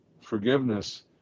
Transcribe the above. forgiveness